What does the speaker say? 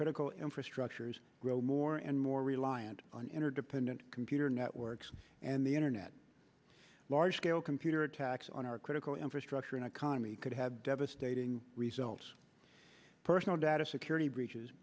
critical infrastructures grow more and more reliant on interdependent computer networks and the internet large scale computer attacks on our critical infrastructure and economy could have devastating results personal data security breaches